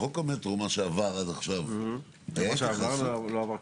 בחוק המטרו, מה שעבר עד עכשיו -- לא עבר כלום.